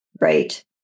Right